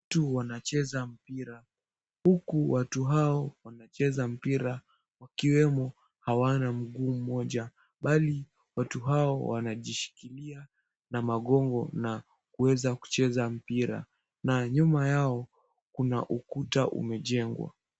Watu wanacheza mpira huku watu hao wakicheza mpira wakiwemo hawana mguu mmoja bali watu hao wanajishikilia na magongo na kuweza kucheza mpira na nyuma yao kuna ukuta umejengwa.